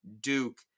Duke